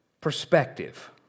perspective